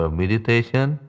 meditation